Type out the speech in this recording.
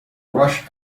rush